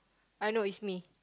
I know it's me